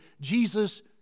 Jesus